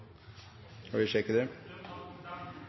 Skal vi klare det,